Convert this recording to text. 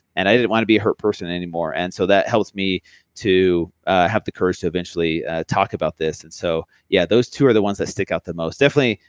and i didn't want to be a hurt person anymore. and so that helped me to have the courage to eventually talk about this. and so yeah those two are the ones that stick out the most. definitely,